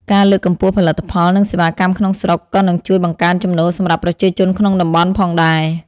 ការលើកកម្ពស់ផលិតផល និងសេវាកម្មក្នុងស្រុក ក៏នឹងជួយបង្កើនចំណូលសម្រាប់ប្រជាជនក្នុងតំបន់ផងដែរ។